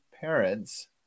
parents